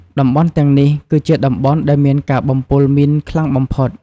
តំបន់ទាំងនេះគឺជាតំបន់ដែលមានការបំពុលមីនខ្លាំងបំផុត ។